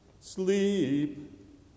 Sleep